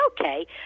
okay